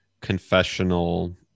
confessional